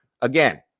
again